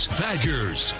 badgers